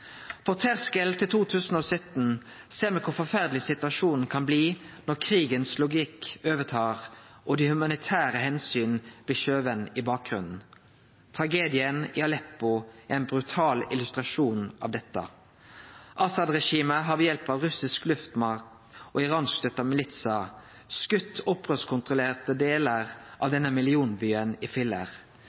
På terskelen til 2017 ser me kor forferdeleg situasjonen kan bli når krigens logikk overtar og dei humanitære omsyna blir skyvde i bakgrunnen. Tragedien i Aleppo er ein brutal illustrasjon av dette. Assad-regimet har ved hjelp av russisk luftmakt og iranskstøtta militsar skote opprørskontrollerte delar av denne millionbyen i filler.